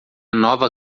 nova